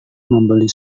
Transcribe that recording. membeli